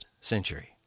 century